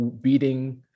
beating